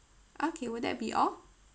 okay will that be all